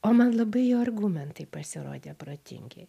o man labai jo argumentai pasirodė protingi